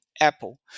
Apple